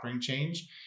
change